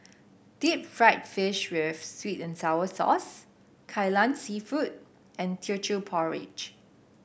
Deep Fried Fish with sweet and sour sauce Kai Lan seafood and Teochew Porridge